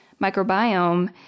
microbiome